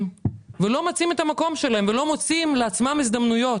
ולא מוצאים את המקום שלהם ולא מוצאים לעצמם הזדמנויות